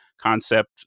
concept